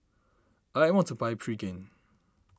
I want to buy Pregain